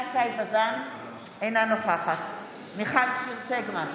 אינה נוכחת מיכל שיר סגמן,